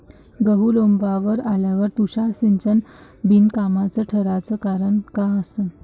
गहू लोम्बावर आल्यावर तुषार सिंचन बिनकामाचं ठराचं कारन का असन?